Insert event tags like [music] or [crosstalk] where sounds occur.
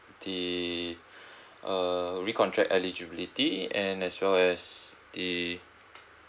the [breath] err recontract eligibility and as well as the